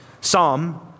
Psalm